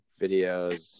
videos